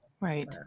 Right